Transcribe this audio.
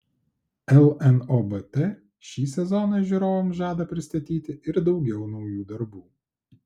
lnobt šį sezoną žiūrovams žada pristatyti ir daugiau naujų darbų